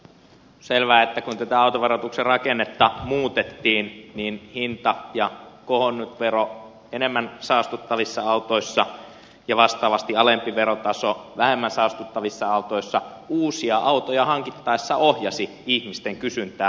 on selvää että kun tätä autoverotuksen rakennetta muutettiin niin hinta ja kohonnut vero enemmän saastuttavissa autoissa ja vastaavasti alempi verotaso vähemmän saastuttavissa autoissa uusia autoja hankittaessa ohjasi ihmisten kysyntää